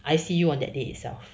I see you on that day itself